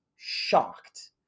shocked